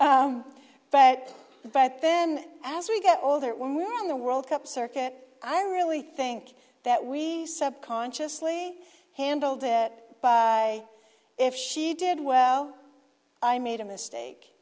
but but then as we get older when we're in the world cup circuit i really think that we subconsciously handled it by if she did well i made a mistake